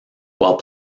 while